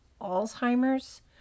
Alzheimer's